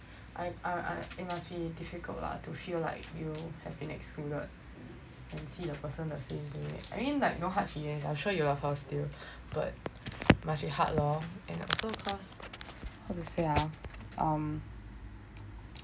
and it must be difficult lah to feel like you have been excluded and see the person the same day I mean like no hard feelings I'm sure you love her still but must be hard lor and also cause how to say ah um